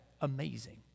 Amazing